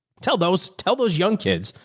tell those, tell those young kids,